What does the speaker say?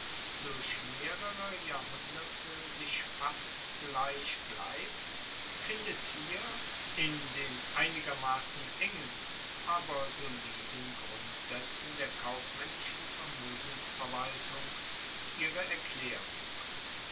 durch mehrere jahrhunderte sich fast gleich bleibt findet hier in den einigermassen engen aber soliden grundsaetzen der kaufmaennischen vermoegensverwaltung ihre erklaerung